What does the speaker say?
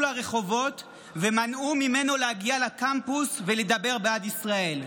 לרחובות ומנעו ממנו להגיע לקמפוס ולדבר בעד ישראל.